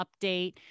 update